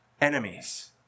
enemies